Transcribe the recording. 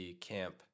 camp